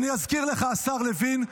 השר לוין,